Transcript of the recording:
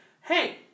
hey